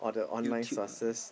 YouTube ah